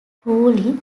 poorly